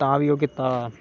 तां ओह् कीता